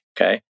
okay